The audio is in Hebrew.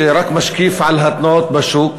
שרק משקיף על התנועות בשוק.